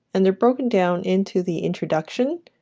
and they're broken down into the introduction,